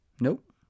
Nope